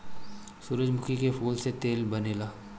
सूरजमुखी के फूल से तेल बनेला